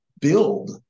build